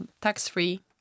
tax-free